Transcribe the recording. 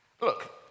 Look